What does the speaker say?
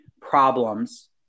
problems